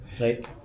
right